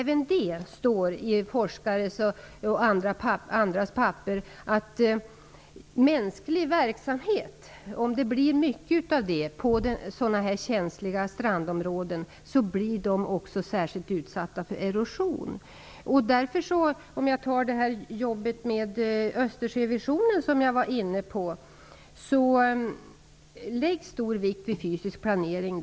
Både forskare och andra hävdar att om det sker för mycket mänsklig verksamhet på sådana här känsliga strandområden, blir de särskilt utsatta för erosion. I t.ex. arbetet med Östersjövisionen, som jag var inne på tidigare, lägger man stor vikt vid fysisk planering.